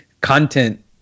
content